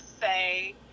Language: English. say